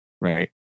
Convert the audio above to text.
right